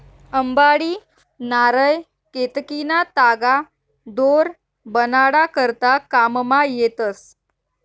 अंबाडी, नारय, केतकीना तागा दोर बनाडा करता काममा येतस